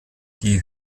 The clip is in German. die